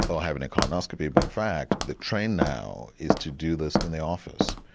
or having a colonoscopy but in fact the trend now is to do this in the office.